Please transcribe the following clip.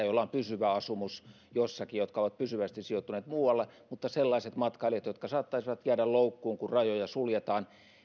joilla on pysyvä asumus jossakin jotka ovat pysyvästi sijoittuneet muualle mutta sellaiset matkailijat jotka saattaisivat jäädä loukkuun kun rajoja suljetaan